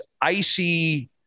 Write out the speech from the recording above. icy